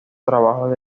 trabajos